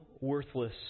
worthless